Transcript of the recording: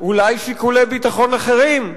אולי שיקולי ביטחון אחרים?